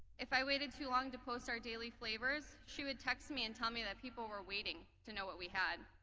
if i waited too long to to post our daily flavors, she would text me and tell me that people were waiting to know what we had.